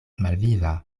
malviva